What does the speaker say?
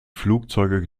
flugzeuge